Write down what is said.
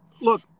look